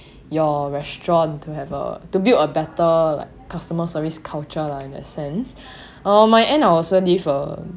your restaurant to have a to build a better like customer service culture lah in that sense uh my end I also leave a